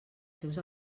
seus